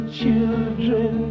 children